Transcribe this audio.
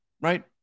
right